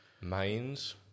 mains